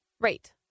Right